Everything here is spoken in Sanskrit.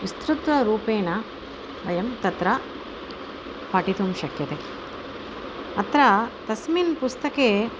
विसृतरूपेण अयं तत्र पठितुं शक्यते अत्र तस्मिन् पुस्तके